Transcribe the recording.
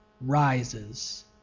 rises